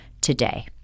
today